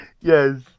Yes